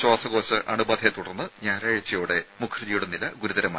ശ്വാസകോശ അണുബാധയെ തുടർന്ന് ഞായറാഴ്ചയോടെ മുഖർജിയുടെ നില ഗുരുതരമായി